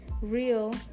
real